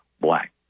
black